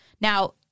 Now